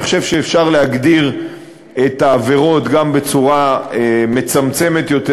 אני חושב שאפשר להגדיר את העבירות גם בצורה מצומצמת יותר